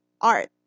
art